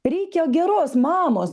reikia geros mamos